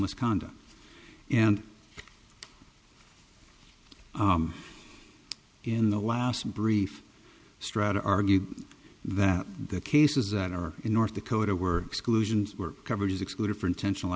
misconduct and arm in the last brief strad argued that the cases that are in north dakota were exclusions were coverages excluded for intentional